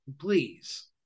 Please